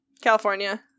California